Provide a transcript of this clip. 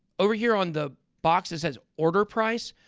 over here on the box that says order price,